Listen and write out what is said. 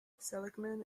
seligman